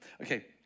Okay